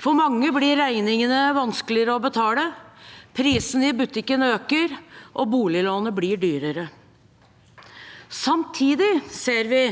For mange blir regningene vanskeligere å betale. Prisene i butikken øker, og boliglånet blir dyrere. Samtidig ser vi